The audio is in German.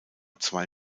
zwei